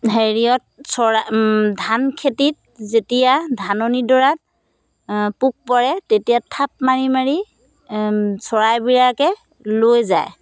হেৰিয়ত চৰাই ধান খেতিত যেতিয়া ধাননি ডৰাত পোক পৰে তেতিয়া থাপ মাৰি মাৰি চৰাইবিলাকে লৈ যায়